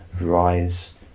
rise